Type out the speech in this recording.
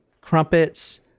crumpets